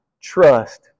trust